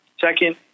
Second